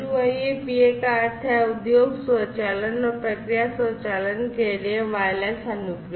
WIA PA का अर्थ है उद्योग स्वचालन और प्रक्रिया स्वचालन के लिए वायरलेस अनुप्रयोग